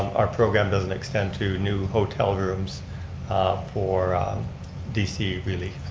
our program doesn't extend to new hotel rooms for d c. really.